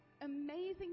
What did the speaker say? amazing